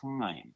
time